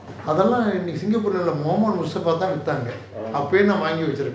ah